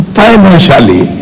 financially